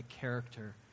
character